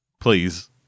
please